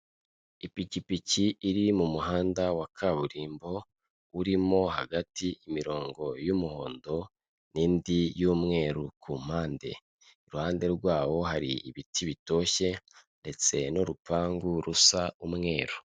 Ipikipiki iri mu muhanda wa kaburimbo, urimo hagati imirongo y'umuhondo n'indi y'umweru ku mpande, iruhande rwawo hari ibiti bitoshye ndetse n'urupangu rusa umweru.